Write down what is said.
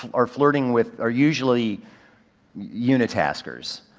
are, are flirting with, are usually unitaskers.